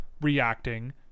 reacting